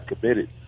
committed